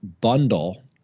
bundle